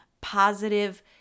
positive